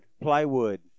plywood